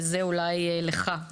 וזה אולי לך.